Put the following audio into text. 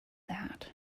that